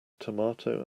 tomato